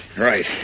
Right